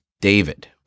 David